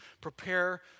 prepare